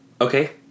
Okay